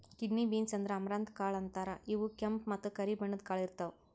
kidney beans ಅಂದ್ರ amaranth ಕಾಳ್ ಅಂತಾರ್ ಇವ್ ಕೆಂಪ್ ಮತ್ತ್ ಕರಿ ಬಣ್ಣದ್ ಕಾಳ್ ಇರ್ತವ್